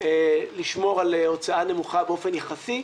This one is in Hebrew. לשמור על הוצאה נמוכה באופן יחסי.